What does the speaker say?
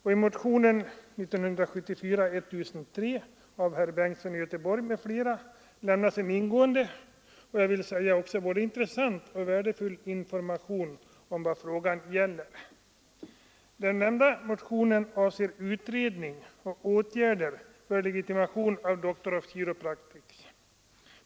I motionen 1974:1003 av herr Bengtsson i Göteborg m.fl. lämnas en ingående och, vill jag säga, både intressant och värdefull information om vad frågan gäller. Den nämnda motionen avser utredning och åtgärder för legitimation av Doctors of Chiropractic.